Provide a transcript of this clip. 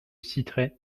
citerai